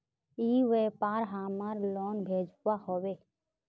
ई व्यापार हमार लोन भेजुआ हभे?